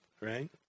right